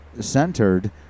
centered